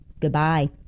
Goodbye